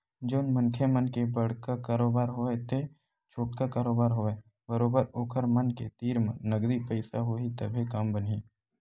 जउन मनखे मन के बड़का कारोबार होवय ते छोटका कारोबार होवय बरोबर ओखर मन के तीर म नगदी पइसा होही तभे काम बनही